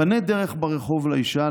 פנה דרך ברחוב לאישה,